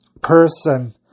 person